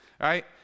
right